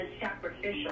sacrificial